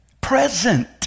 Present